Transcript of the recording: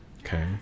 Okay